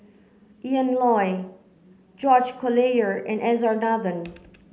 Ian Loy George Collyer and S R Nathan